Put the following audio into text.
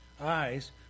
Eyes